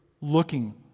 looking